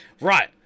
right